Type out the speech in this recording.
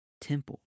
temple